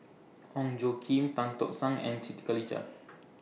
Ong Tjoe Kim Tan Tock San and Siti Khalijah